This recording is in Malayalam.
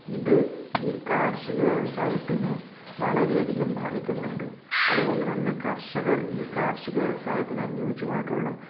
ഇത് ഈ കാർഷിക വ്യവസായത്തിന് വളരെയധികം ബാധിക്കുന്നുണ്ട് അതുകൊണ്ടുതന്നെ കർഷകർ ഈ കാർഷിക വ്യവസായത്തിന് അനുയോജ്യമായിട്ടുള്ള